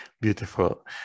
beautiful